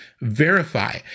Verify